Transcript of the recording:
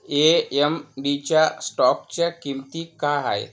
ए M बीच्या स्टॉकच्या किमती काय आहेत